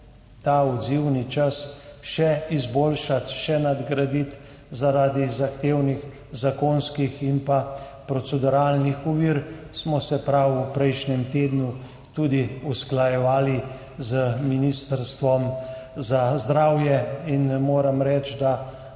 ta odzivni čas še izboljšati, še nadgraditi zaradi zahtevnih zakonskih in proceduralnih ovir, smo se prav v prejšnjem tednu tudi usklajevali z Ministrstvom za zdravje. Moram reči, da